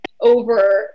over